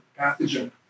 pathogen